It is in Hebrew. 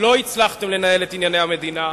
לא הצלחתם לנהל את ענייני המדינה,